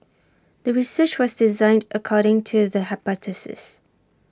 the research was designed according to the hypothesis